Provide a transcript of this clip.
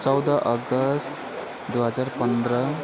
चौध अगस्ट दुई हजार पन्ध्र